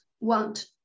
want